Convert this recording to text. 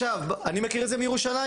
אני מכיר את זה מירושלים,